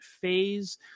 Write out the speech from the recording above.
phase